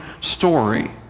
story